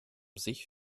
sich